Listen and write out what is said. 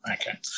okay